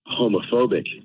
homophobic